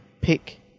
pick